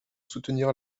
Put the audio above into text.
soutenir